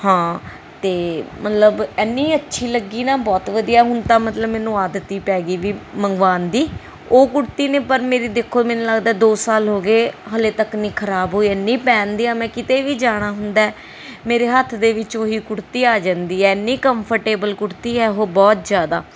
ਹਾਂ ਅਤੇ ਮਤਲਬ ਇੰਨੀ ਅੱਛੀ ਲੱਗੀ ਨਾ ਬਹੁਤ ਵਧੀਆ ਹੁਣ ਤਾਂ ਮਤਲਬ ਮੈਨੂੰ ਆਦਤ ਹੀ ਪੈ ਗਈ ਵੀ ਮੰਗਵਾਉਣ ਦੀ ਉਹ ਕੁੜਤੀ ਨੇ ਪਰ ਮੇਰੇ ਦੇਖੋ ਮੈਨੂੰ ਲੱਗਦਾ ਦੋ ਸਾਲ ਹੋ ਗਏ ਹਾਲੇ ਤੱਕ ਨਹੀਂ ਖਰਾਬ ਹੋਈ ਇੰਨੀ ਪਹਿਨਦੀ ਹਾਂ ਮੈਂ ਕਿਤੇ ਵੀ ਜਾਣਾ ਹੁੰਦਾ ਮੇਰੇ ਹੱਥ ਦੇ ਵਿੱਚ ਉਹੀ ਕੁੜਤੀ ਆ ਜਾਂਦੀ ਹੈ ਇੰਨੀ ਕੰਮਫਰਟੇਬਲ ਕੁੜਤੀ ਹੈ ਉਹ ਬਹੁਤ ਜ਼ਿਆਦਾ